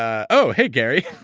oh, hey, gary,